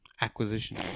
acquisition